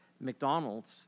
McDonald's